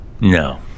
No